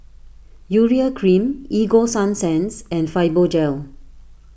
Urea Cream Ego Sunsense and Fibogel